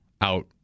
out